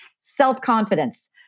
Self-confidence